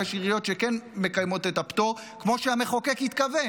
כי יש עיריות שכן מקיימות את הפטור כמו שהמחוקק התכוון,